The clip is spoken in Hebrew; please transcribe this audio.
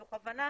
מתוך הבנה